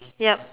yup